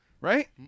Right